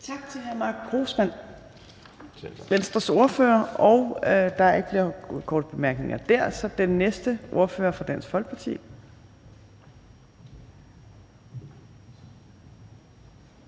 Tak til hr. Mark Grossmann, Venstres ordfører. Der er ikke flere korte bemærkninger, så den næste ordfører er fra Dansk Folkeparti.